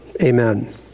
Amen